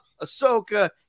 Ahsoka